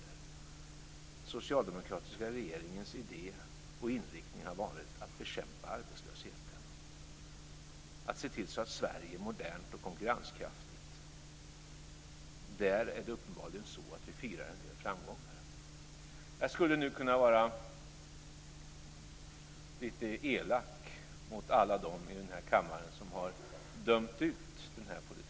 Den socialdemokratiska regeringens idé och inriktning har varit att bekämpa arbetslösheten och att se till att Sverige är modernt och konkurrenskraftigt. Där firar vi uppenbarligen en del framgångar. Jag skulle nu kunna vara lite elak mot alla dem här i kammaren som har dömt ut den här politiken.